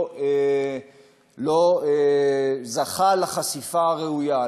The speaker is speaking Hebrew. לא זכה לחשיפה הראויה.